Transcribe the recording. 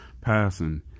passing